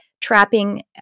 trapping